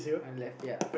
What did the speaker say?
I left ya